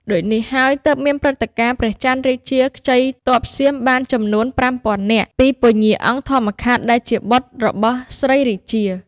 ដូចនេះហើយ ទើបមានព្រឹត្តិការណ៍ ព្រះចន្ទរាជា ខ្ចីទ័ពសៀមបានចំនួន ៥០០០នាក់ ពីពញ្ញាអង្គធម្មខាត់ ដែលជាបុត្ររបស់ ស្រីរាជា។